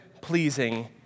pleasing